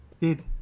Did-